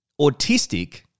autistic